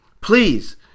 please